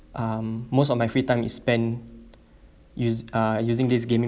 um most of my free time is spent us~ uh using this gaming